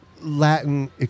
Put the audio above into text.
Latin